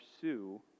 pursue